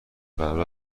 قرار